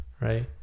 Right